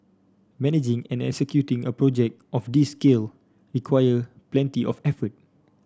managing and executing a project of this scale required plenty of effort